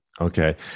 Okay